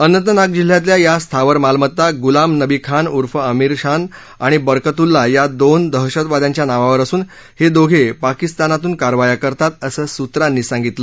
अनंतनाग जिल्ह्यातल्या या स्थावर मालमत्ता गुलाम नबी खान उर्फ अमीर शान आणि बरकतुल्ला या दोन दहशतवाद्यांच्या नावावर असून हे दोघं पाकिस्तानातून कारवाया करतात असं सूत्रांनी सांगितलं